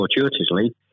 fortuitously